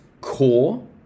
core